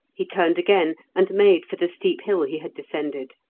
he turned again and made for the steep hill he had descended.